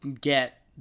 get